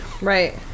Right